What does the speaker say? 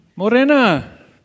Morena